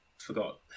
Forgot